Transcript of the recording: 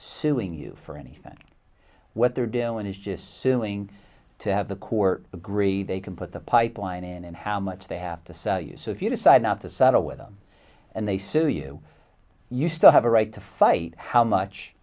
suing you for anything what they're doing is just suing to have the court agree they can put the pipeline in and how much they have to sell you so if you decide not to settle with them and they sue you you still have a right to fight how much